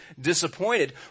disappointed